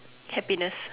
happiness